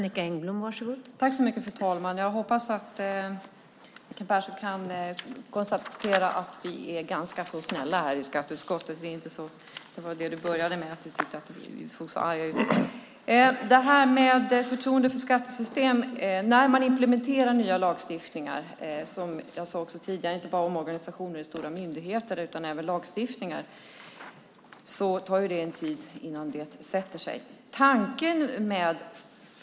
Fru talman! Jag hoppas att Kent Persson kan konstatera att vi är ganska så snälla här i skatteutskottet. Du började med att säga att du tyckte att vi såg så arga ut. Det handlar om förtroende för skattesystemet. Det handlar inte bara om omorganiseringar i stora myndigheter utan också om lagstiftningar, som jag sade tidigare. När man inför nya lagstiftningar tar det en tid innan det sätter sig.